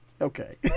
Okay